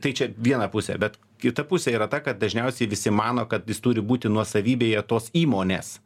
tai čia viena pusė bet kita pusė yra ta kad dažniausiai visi mano kad jis turi būti nuosavybėje tos įmonės